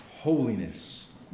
holiness